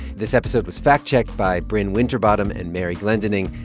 this episode was fact-checked by brin winterbottom and mary glendinning,